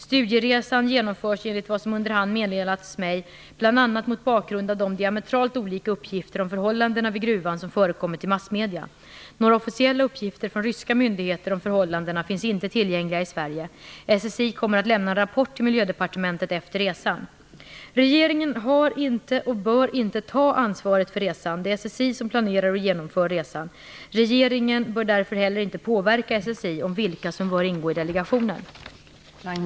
Studieresan genomförs enligt vad som under hand meddelats mig bl.a. mot bakgrund av de diametralt olika uppgifter om förhållandena vid gruvan som förekommit i massmedier. Några officiella uppgifter från ryska myndigheter om förhållandena finns inte tillgängliga i Sverige. SSI kommer att lämna en rapport till Miljödepartementet efter resan. Regeringen har inte och bör inte ta ansvaret för resan. Det är SSI som planerar och genomför resan. Regeringen bör därför heller inte påverka SSI om vilka som bör ingå i delegationen.